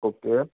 okay